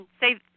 say